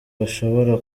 bashobora